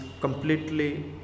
completely